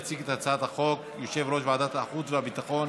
יציג את הצעת החוק יושב-ראש ועדת החוץ והביטחון